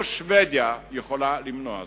לא שבדיה יכולה למנוע זאת,